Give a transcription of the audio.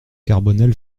carbonel